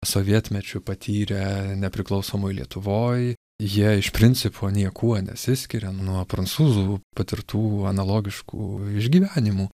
sovietmečiu patyrę nepriklausomoj lietuvoj jie iš principo niekuo nesiskiria nuo prancūzų patirtų analogiškų išgyvenimų